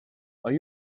are